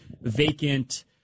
vacant